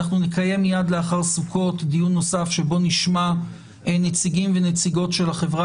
אנחנו נקיים מייד לאחר סוכות דיון נוסף שבו נשמע נציגים ונציגות של החברה